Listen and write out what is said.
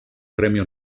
premio